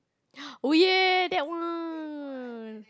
oh ya that one